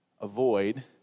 avoid